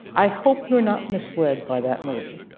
i hope you're not misled by that movie.